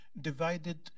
divided